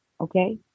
okay